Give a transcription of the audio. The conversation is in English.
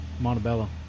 Montebello